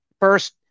first